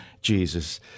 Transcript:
Jesus